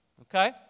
Okay